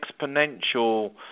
exponential